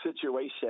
situation